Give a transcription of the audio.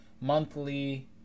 Monthly